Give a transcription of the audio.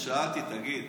אז שאלתי: תגיד,